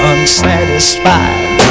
Unsatisfied